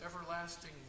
everlasting